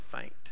faint